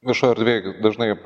viešoj erdvėj dažnai